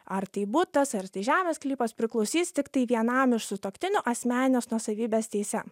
ar tai butas ar tai žemės sklypas priklausys tiktai vienam iš sutuoktinių asmenės nuosavybės teise